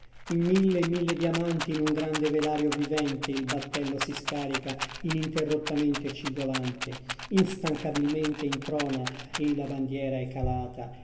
in mille e mille diamanti in un grande velario vivente il battello si scarica ininterrottamente cigolante instancabilmente introna e la bandiera è calata